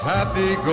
Happy